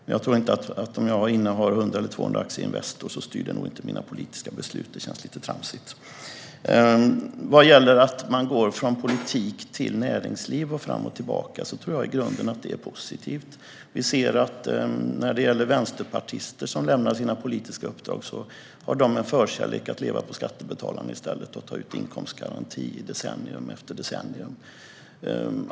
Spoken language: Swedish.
Men jag tror nog inte att det styr mina politiska beslut om jag innehar 100 eller 200 aktier i Investor. Det känns lite tramsigt. Vad gäller att man går från politik till näringsliv fram och tillbaka tror jag i grunden att det är positivt. Vi ser när det gäller vänsterpartister som lämnar sina politiska uppdrag att de har en förkärlek för att i stället leva på skattebetalarna och ta ut inkomstgaranti i decennium efter decennium.